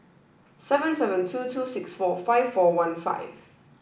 seven seven two two six four five four one five